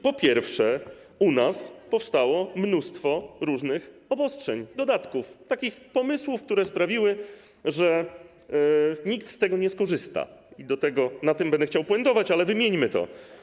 Po pierwsze, u nas powstało mnóstwo różnych obostrzeń, dodatków, takich pomysłów, które sprawiły, że nikt z tego nie skorzysta, i na tym będę chciał puentować, ale wymieńmy to.